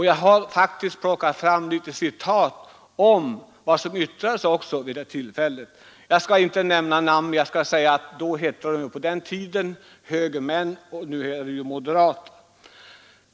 Jag har faktiskt plockat fram några citat från det som yttrades vid det tillfället. Jag skall inte nämna namn. På den tiden hette det högermän — nu heter det moderater.